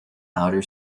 outer